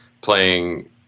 playing